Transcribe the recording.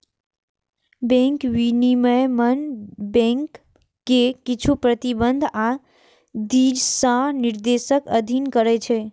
bank विनियमन bank कें किछु प्रतिबंध आ दिशानिर्देशक अधीन करै छै